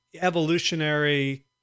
evolutionary